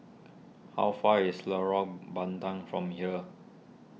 how far is Lorong Bandang from here